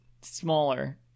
smaller